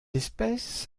espèce